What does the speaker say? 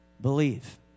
believe